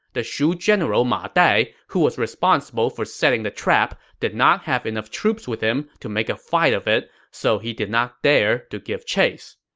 the shu general ma dai, who was responsible for setting the trap, did not have enough troops with him to make a fight of it, so he did not dare to give chase.